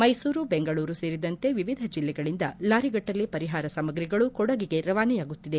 ಮೈಸೂರು ಬೆಂಗಳೂರು ಸೇರಿದಂತೆ ವಿವಿಧ ಜಿಲ್ಲೆಗಳಿಂದ ಲಾರಿಗಟ್ಟಲೆ ಪರಿಹಾರ ಸಾಮಗ್ರಿಗಳು ಕೊಡಗಿಗೆ ರವಾನೆಯಾಗುತ್ತಿದೆ